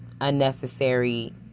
unnecessary